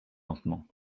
lentement